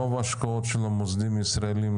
רוב ההשקעות של המוסדיים הישראלים,